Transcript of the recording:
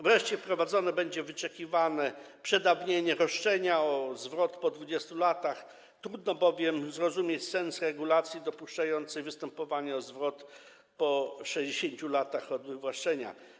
Wreszcie wprowadzone będzie wyczekiwane przedawnienie roszczenia o zwrot po 20 latach, bowiem trudno zrozumieć sens regulacji dopuszczającej występowanie o zwrot po 60 latach od wywłaszczenia.